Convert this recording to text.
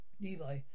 Levi